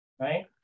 right